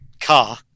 car